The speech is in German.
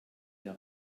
der